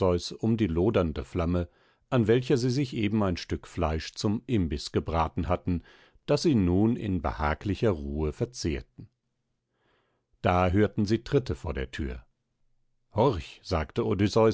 um die lodernde flamme an welcher sie sich eben ein stück fleisch zum imbiß gebraten hatten das sie nun in behaglicher ruhe verzehrten da hörten sie tritte vor der thür horch sagte